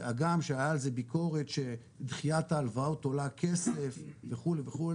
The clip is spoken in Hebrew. הגם שהיתה על זה ביקורת שדחיית ההלוואות עולה כסף וכו',